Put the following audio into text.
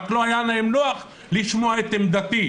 רק לא היה להם נוח לשמוע את עמדתי,